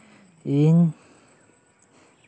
ᱤᱧ